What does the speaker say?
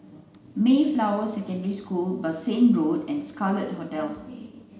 Mayflower Secondary School Bassein Road and Scarlet Hotel